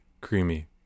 creamy